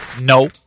no